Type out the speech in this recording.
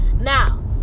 now